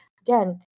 again